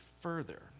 further